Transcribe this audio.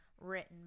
written